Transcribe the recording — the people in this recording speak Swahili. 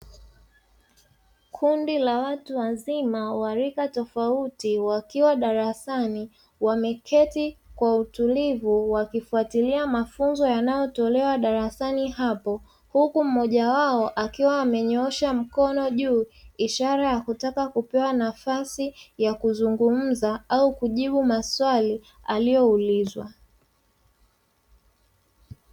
Kundi la watu wazima wa rika tofauti wakiwa darasani, wameketi kwa utilivu wakifuatilia mafunzo yanayo tolewa darasani hapo, huku mmoja wao akiwa amenyoosha mkono juu ishara ya kutaka kupewa nafasi ya kuzungumza au kujibu maswali aliyo ulizwa.